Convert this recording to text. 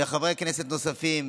וחברי כנסת נוספים,